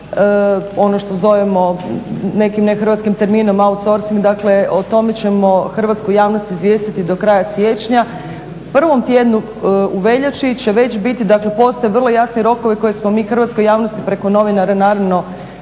ono što zovemo nekim ne hrvatskim terminom, outcourcing, dakle o tome ćemo hrvatsku javnost izvijestiti do kraja siječnja. U prvom tjednu u veljači će već biti, dakle postoje vrlo jasni rokovi koje smo mi hrvatskoj javnosti preko novinara naravno